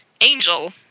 Angel